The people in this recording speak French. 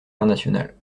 internationales